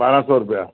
बारहां सौ रुपया